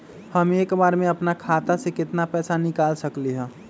हम एक बार में अपना खाता से केतना पैसा निकाल सकली ह?